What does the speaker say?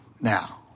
now